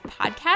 Podcast